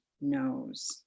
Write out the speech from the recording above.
knows